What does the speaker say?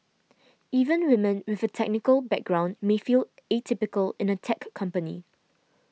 even women with a technical background may feel atypical in a tech company